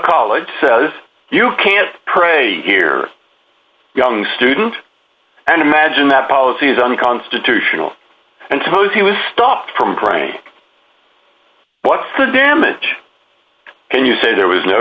college you can't pray here young student and imagine that policy is unconstitutional and tows he was stopped from what's the damage and you say there was no